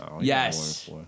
Yes